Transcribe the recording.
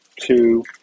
two